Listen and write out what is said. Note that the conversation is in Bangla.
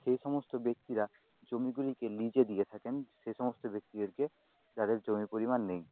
সেই সমস্ত ব্যক্তিরা জমিগুলিকে লিজে দিয়ে থাকেন সেসমস্ত ব্যক্তিদেরকে যাদের জমির পরিমাণ নেই